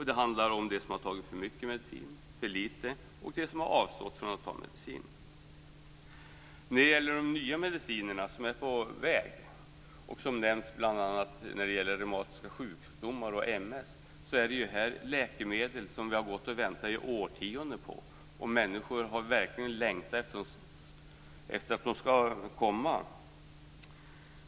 Det handlar om dem som har tagit för mycket, för lite eller som har avstått från att ta medicin. Nya mediciner är på väg, bl.a. när det gäller reumatiska sjukdomar och MS. Det är läkemedel som vi har väntat i årtionden på; människor har verkligen längtat efter att de skall komma.